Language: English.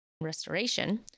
restoration